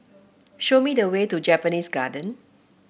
show me the way to Japanese Garden